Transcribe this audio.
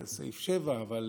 את סעיף 7א,